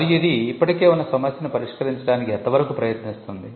మరియు ఇది ఇప్పటికే ఉన్న సమస్యను పరిష్కరించడానికి ఎంతవరకు ప్రయత్నిస్తుంది